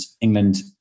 England